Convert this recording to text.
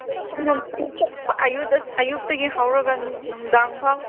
ꯅꯨꯡꯊꯤꯟ ꯆꯨꯞꯄ ꯑꯌꯨꯛꯇꯒꯤ ꯍꯧꯔꯒ ꯅꯨꯡꯗꯥꯡ ꯐꯥꯎꯕ